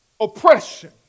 Oppression